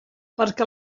perquè